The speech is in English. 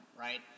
right